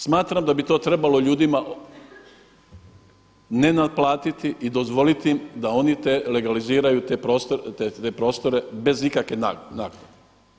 Smatram da bi to trebalo ljudi ne naplatiti i dozvoliti im da oni legaliziraju te prostore bez ikakve naknade.